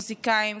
מוזיקאים,